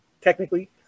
technically